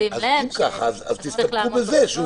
לפי --- אז תסתפקו בזה שהוא